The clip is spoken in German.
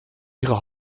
ihre